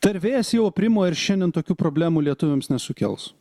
tai ar vėjas jau aprimo ir šiandien tokių problemų lietuviams nesukels